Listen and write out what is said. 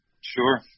Sure